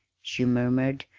she murmured,